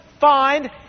find